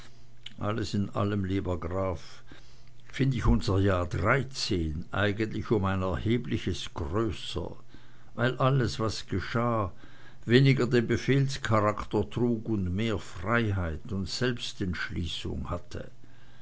alles in allem lieber graf find ich unser jahr dreizehn eigentlich um ein erhebliches größer weil alles was geschah weniger den befehlscharakter trug und mehr freiheit und selbstentschließung hatte